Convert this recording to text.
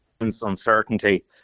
uncertainty